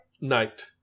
night